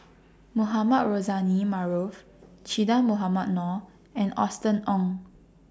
Mohamed Rozani Maarof Che Dah Mohamed Noor and Austen Ong